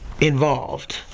involved